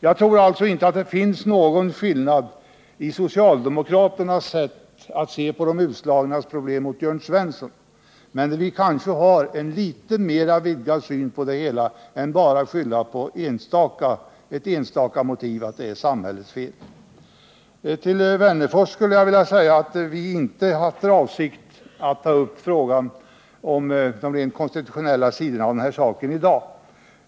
Jag tror alltså inte att det finns någon skillnad mellan socialdemokraternas sätt att se på de utslagnas problem och Jörn Svenssons, men vi socialdemokrater har kanske en litet mer vidgad syn på det hela än att bara skylla på ett enstaka motiv, att det är samhällets fel. Till Alf Wennerfors skulle jag vilja säga att vi inte haft för avsikt att ta upp de rent konstitutionella sidorna av den här saken i dag.